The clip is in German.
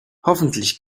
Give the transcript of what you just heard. hoffentlich